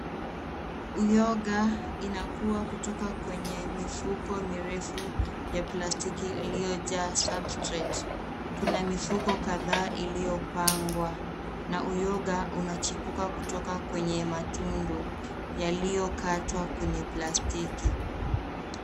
Uyoga inakua kutoka kwenye mifuko mirefu ya plastiki iliyo jaa [cs ] substrate[cs ]. Kuna mifuko kadhaa iliyopangwa na uyoga unachipuka kutoka kwenye matundu yaliyokatwa kwenye plastiki.